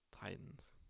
Titans